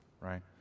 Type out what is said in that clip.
right